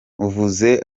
uvuze